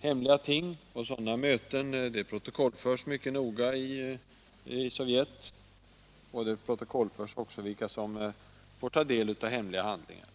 hemliga ting. Sådana möten protokollförs mycket noga i Sovjetunionen, och det protokollförs också vilka som för ta del av hemliga handlingar.